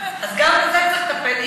אז גם בזה צריך לטפל.